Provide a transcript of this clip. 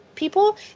People